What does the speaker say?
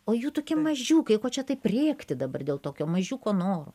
o jų tokie mažiukai ko čia taip rėkti dabar dėl tokio mažiuko noro